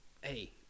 hey